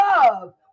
love